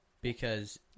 Because-